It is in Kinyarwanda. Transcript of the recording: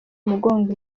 umugongo